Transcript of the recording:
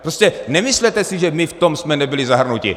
Prostě nemyslete si, že my v tom jsme nebyli zahrnuti